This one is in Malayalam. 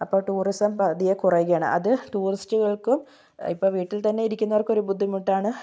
അപ്പോൾ ടൂറിസം പതിയെ കുറയുകയാണ് അത് ടൂറിസ്റ്റുകൾക്കും ഇപ്പം വീട്ടിൽ തന്നെ ഇരിക്കുന്നവർക്കൊരു ബുദ്ധിമുട്ടാണ്